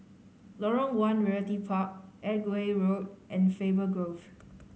Lorong One Realty Park Edgware Road and Faber Grove